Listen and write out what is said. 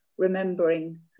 remembering